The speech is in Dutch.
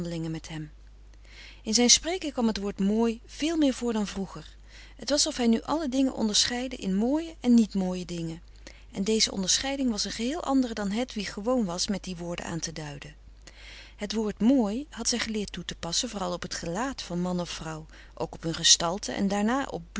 met hem in zijn spreken kwam het woord mooi veel meer voor dan vroeger het was of hij nu alle dingen onderscheidde in mooie en niet mooie dingen en deze onderscheiding was een geheel andere dan hedwig gewoon was met die woorden aan te duiden het woord mooi had zij geleerd toe te passen vooral op't gelaat van man of vrouw ook op hun gestalte en daarna